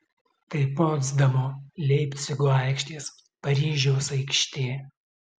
tai potsdamo leipcigo aikštės paryžiaus aikštė